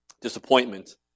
disappointment